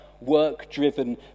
work-driven